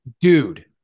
Dude